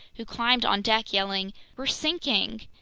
who climbed on deck yelling we're sinking!